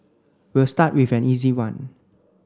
we'll start with an easy one